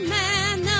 man